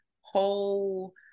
whole